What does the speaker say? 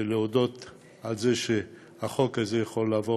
ולהודות על זה שהחוק הזה יכול לעבור